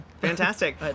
fantastic